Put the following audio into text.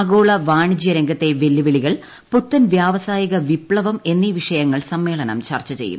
ആഗോള വാണിജൃ രംഗത്തെ വെല്ലുവിളികൾ പുത്തൻ വൃവസായിക വിപ്തവം എന്നീ വിഷയങ്ങൾ സമ്മേളനം ചർച്ച ചെയ്യും